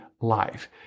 life